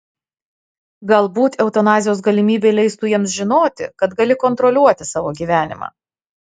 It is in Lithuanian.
galbūt eutanazijos galimybė leistų jiems žinoti kad gali kontroliuoti savo gyvenimą